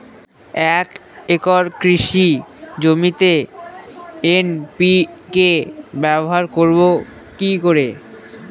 এক একর কৃষি জমিতে এন.পি.কে ব্যবহার করব কি করে?